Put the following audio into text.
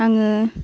आङो